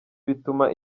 bituma